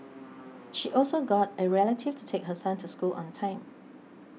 she also got a relative to take her son to school on time